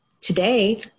today